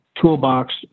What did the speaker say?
toolbox